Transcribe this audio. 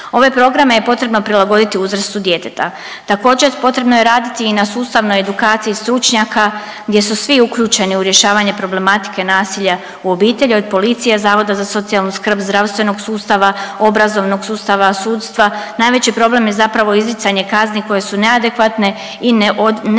Ove programe je potrebno prilagoditi uzrastu djeteta. Također potrebno je raditi i na sustavnoj edukciji stručnjaka gdje su svi uključeni u rješavanje problematike nasilja u obitelji od policije, Zavoda za socijalnu skrb, zdravstvenog sustava, obrazovanog sustava, sudstva, najveći problem je zapravo izricanje kazni koje su neadekvatne i ne